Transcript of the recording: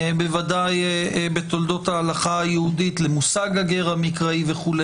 בוודאי בתולדות ההלכה היהודית למושג הגר המקראי וכו',